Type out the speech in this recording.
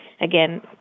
again